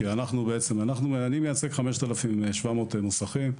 אני מייצג 5,700 מוסכים,